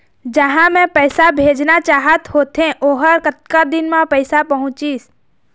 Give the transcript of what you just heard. जहां मैं पैसा भेजना चाहत होथे ओहर कतका दिन मा पैसा पहुंचिस?